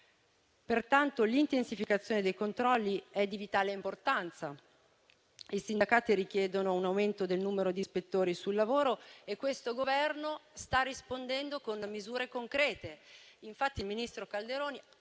Pertanto, l'intensificazione dei controlli è di vitale importanza. I sindacati richiedono un aumento del numero di ispettori sul lavoro e questo Governo sta rispondendo con misure concrete.